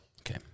Okay